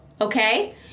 okay